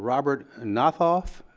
robert nothoff.